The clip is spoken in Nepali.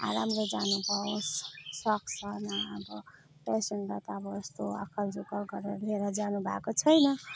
आरामले जानुहोस् सक्छ न अब पेसेन्टलाई त अब यस्तो अकल झुकल गरेर लिएर जानु भएको छैन